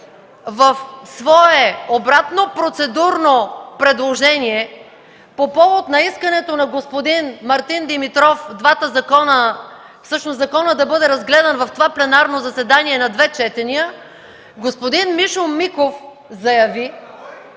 в свое обратно процедурно предложение по повод на искането на господин Мартин Димитров законът да бъде разгледан в това пленарно заседание на две четения, господин Михаил Миков заяви,